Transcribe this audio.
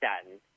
statin